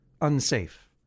unsafe